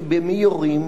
כי במי יורים?